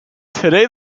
today